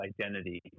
identity